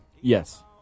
Yes